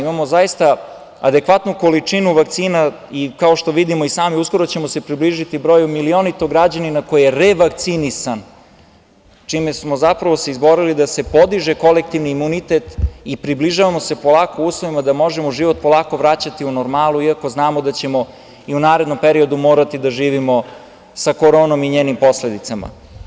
Imamo zaista adekvatnu količinu vakcina i kao što vidimo i sami uskoro ćemo se približiti broju milionitog građanina koji je revakcinisan čime smo se zapravo izborili da se podiže kolektivni imunitet i približavamo se polako uslovima da možemo život polako vraćati u normalu, iako znamo da ćemo i u narednom periodu morati da živimo sa koronom i njenim posledicama.